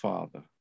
Father